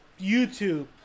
YouTube